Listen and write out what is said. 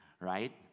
right